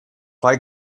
why